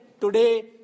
Today